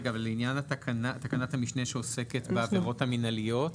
לעניין תקנת המשנה שעוסקת בעבירות המינהליות,